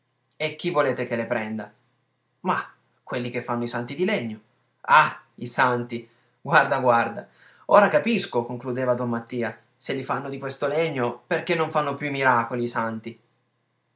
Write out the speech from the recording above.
e chi volete che le prenda mah quelli che fanno i santi di legno ah i santi guarda guarda ora capisco concludeva don mattia se li fanno di questo legno perché non fanno più miracoli i santi